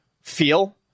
feel